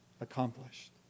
accomplished